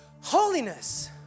Holiness